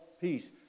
peace